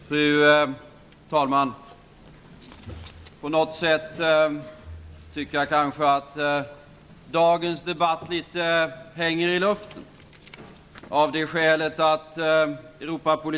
Fru talman! Jag tycker att dagens debatt på något sätt verkar hänga i luften.